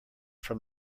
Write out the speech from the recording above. from